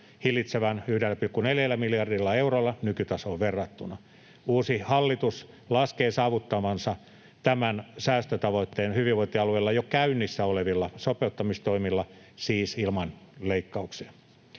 hillitä 1,4 miljardilla eurolla nykytasoon verrattuna. Uusi hallitus laskee saavuttavansa tämän säästötavoitteen hyvinvointialueilla jo käynnissä olevilla sopeuttamistoimilla, siis ilman leikkauksia.